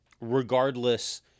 Regardless